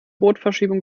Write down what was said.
rotverschiebung